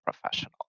professional